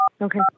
Okay